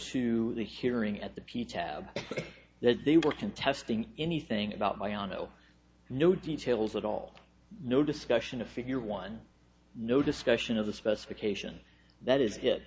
to the hearing at the p tab that they were contesting anything about my own no no details at all no discussion of figure one no discussion of the specification that is